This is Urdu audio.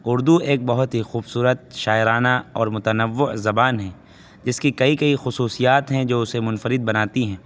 اردو ایک بہت ہی خوبصورت شاعرانہ اور متنوع زبان ہے اس کی کئی کئی خصوصیات ہیں جو اسے منفرد بناتی ہیں